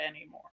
anymore